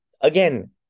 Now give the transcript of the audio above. Again